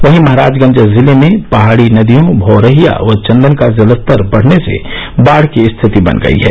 वहीं महराजगंज जिले में पहाड़ी नदियों भौरहिया व चन्दन का जलस्तर बढ़ने से बाढ़ की स्थिति बन गयी है